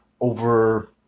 over